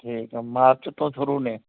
ਠੀਕ ਆ ਮਾਰਚ ਤੋਂ ਸ਼ੁਰੂ ਨੇ